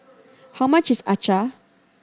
how much is acar